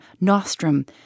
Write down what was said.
nostrum